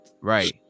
Right